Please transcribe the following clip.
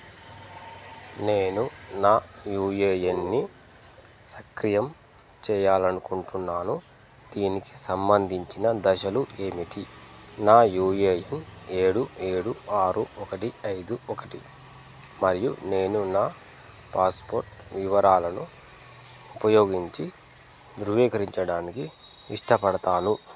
నేను నా యూఏఎన్ని సక్రియం చేయాలనుకుంటున్నాను దీనికి సంబంధించిన దశలు ఏమిటి నా యూఏఎన్ ఏడు ఏడు ఆరు ఒకటి ఐదు ఒకటి మరియు నేను నా పాస్పోర్ట్ వివరాలను ఉపయోగించి ధృవీకరించడానికి ఇష్టపడతాను